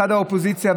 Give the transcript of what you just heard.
צד האופוזיציה,